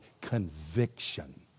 conviction